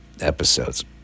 episodes